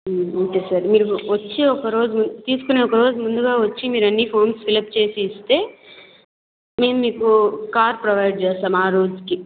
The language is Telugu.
ఓకే సార్ మీరు వచ్చి ఒకరోజు ముం తీసుకునే ఒకరోజు ముందుగా వచ్చి మీరన్ని ఫామ్స్ ఫిలప్ చేసి ఇస్తే మేము మీకు కార్ ప్రొవైడ్ చేస్తం ఆ రోజుకి